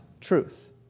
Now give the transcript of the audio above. truth